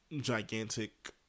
gigantic